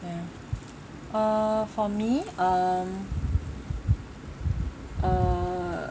ya uh for me um uh